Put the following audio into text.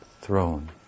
throne